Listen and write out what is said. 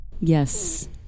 Yes